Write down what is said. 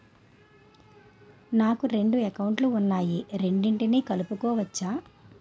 నాకు రెండు అకౌంట్ లు ఉన్నాయి రెండిటినీ కలుపుకోవచ్చా?